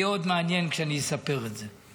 עוד יהיה מעניין כשאספר את זה.